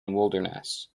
wilderness